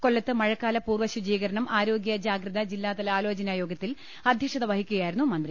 കൊല്ലത്ത് മഴക്കാല പൂർവ ശുചീകരണം ആരോഗൃ ജാഗ്രത ജില്ലാതല ആലോചനാ യോഗത്തിൽ അധൃക്ഷത വഹിക്കുകയായിരുന്നു മന്ത്രി